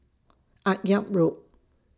Akyab Road